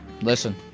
Listen